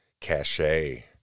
cachet